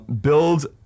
Build